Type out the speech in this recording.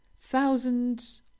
thousands